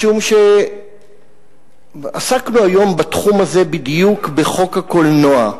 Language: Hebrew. משום שעסקנו היום בתחום הזה בדיוק בחוק הקולנוע,